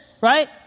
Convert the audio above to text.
right